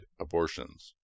abortions